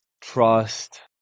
trust